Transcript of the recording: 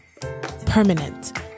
permanent